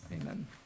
amen